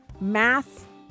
math